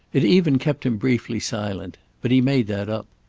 it even kept him briefly silent. but he made that up.